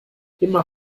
immer